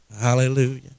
Hallelujah